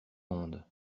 monde